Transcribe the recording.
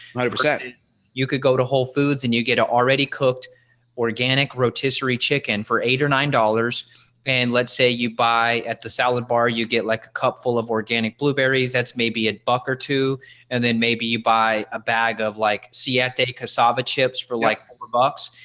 but you could go to whole foods and you get an already cooked organic rotisserie chicken for eight or nine dollars and let's say you buy at the salad bar you get like a cup full of organic blueberries, that's maybe a buck or two and then maybe you buy a bag of like seattle cassava chips for like four bucks,